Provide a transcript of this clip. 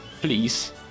Please